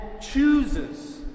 chooses